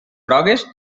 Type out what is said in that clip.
grogues